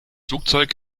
flugzeug